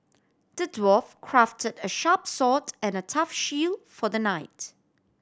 the dwarf crafted a sharp sword and a tough shield for the knight